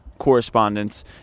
correspondence